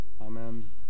Amen